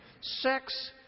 Sex